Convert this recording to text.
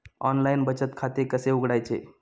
Online बचत खाते कसे उघडायचे?